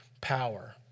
power